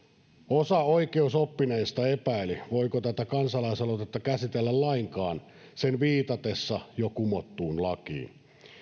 osa oikeusoppineista epäili voiko tätä kansalaisaloitetta käsitellä lainkaan sen viitatessa jo kumottuun lakiin